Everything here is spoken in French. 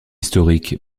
historique